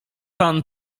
pan